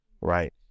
right